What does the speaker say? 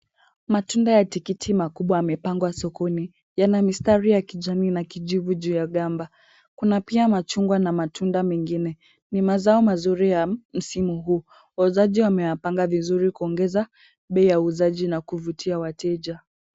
Matunda ya tikiti makubwa yamepangwa sokoni. Yana mistari ya kijani, na kijibu juu ya gamba. Kuna pia machungwa na matunda mengine. Ni mazao mazuri ya msimu huu. Wauzaji wameapanga vizuri kuongeza bei ya uzaji na kuvutia wateja.